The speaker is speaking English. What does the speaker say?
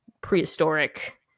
prehistoric